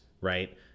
right